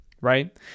right